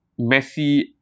Messi